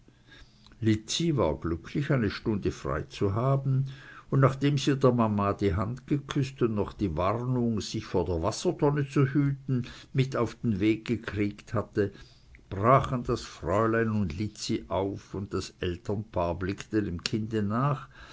war glücklich eine stunde frei zu haben und nachdem sie der mama die hand geküßt und noch die warnung sich vor der wassertonne zu hüten mit auf den weg gekriegt hatte brachen das fräulein und lizzi auf und das elternpaar blickte dem kinde nach